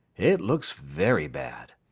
it looks very bad.